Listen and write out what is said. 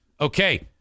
Okay